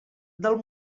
del